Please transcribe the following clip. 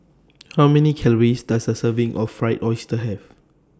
How Many Calories Does A Serving of Fried Oyster Have